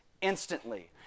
instantly